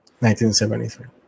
1973